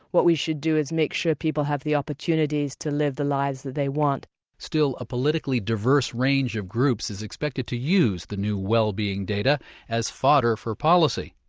what we should do is make sure people have the opportunities to live the lives that they want still, a politically diverse range of groups is expected to use the new well-being data as fodder for policy.